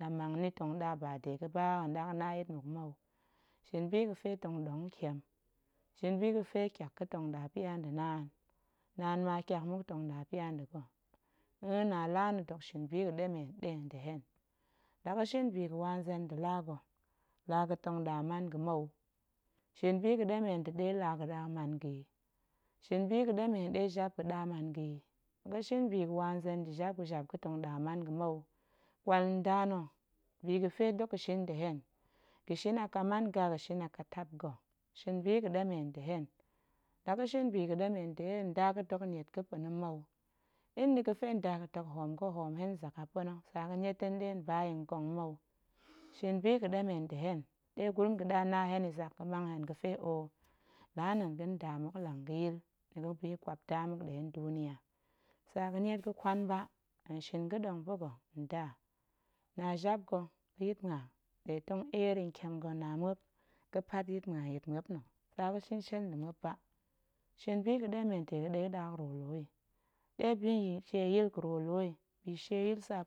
la mang ni tong ɗa ba de ga̱ba tong ɗa ga̱na yit muk mou, shin bi ga̱fe tong ɗong ntiem shin bi ga̱fe tyak ga̱ tong ɗa pya nda̱ naan, naan ma tyak muk tong ɗa pya nda̱ ga̱, nnn, na laa nna̱ dok ɗa shin bi ga̱ɗemen nɗe nda̱ hen, la ga̱shin bi ga̱wa nzen nda̱ laa ga̱, laa ga̱ tong ɗa man ga̱ mou, shin biga̱ɗemen ntit ɗe laa ga̱ ga̱ɗa man ga̱ yi, shin biga̱ɗemen ɗe jap ga̱ɗa man ga̱ yi, la ga̱shin bi ga̱wa nzen nda̱ jap ga̱ jap ga̱tong ɗa man ga̱ mou, ƙwal nda na̱ bi ga̱fe do ga̱shin nda̱ hen ga̱ a ƙaman ga̱ a ƙo a ƙatap ga̱, shin biga̱ɗemen nda̱ hen, la ga̱shin bi ga̱ɗemen nda̱ hen nda ga̱ dok niet ga̱ pa̱na̱ mou. in nda̱ ga̱fe nda ga̱ dok hoom ga̱, hoom hen zak a pa̱na̱ tsa ga̱niet hen hen ba yi nƙong mou, shin bi ga̱ɗemen nda̱ hen ɗe gurum ga̱ɗa na hen yi zak, ga̱mang hen ga̱fe oh laa nna̱ ga̱n nda muk nlang ga̱yil, ni ga̱ biƙwapda muk nɗe nduniya, tsa ga̱niet ga̱kwan ba hen shin ga̱ɗong pa̱ ga̱ nda, na jap ga̱ ga̱ yitmua nɗe tong eer yi ntiem ga̱ na muop ga̱pat yitmua nyit muop, tsa ga̱shin shiel nda̱ muop ba, shin biga̱ɗemen dega̱ ɗe ɗa ga̱ru lu yi, ɗe bishieyil ga̱ru nlu yi, bishieyil tsa.